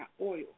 oil